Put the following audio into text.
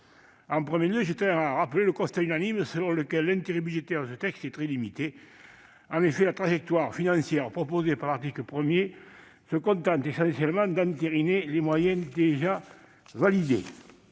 d'abord, je tiens à rappeler le constat unanime selon lequel l'intérêt budgétaire de ce texte est très limité. En effet, la trajectoire financière proposée par l'article 1 se contente essentiellement d'entériner les moyens déjà validés